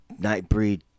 Nightbreed